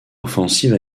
offensive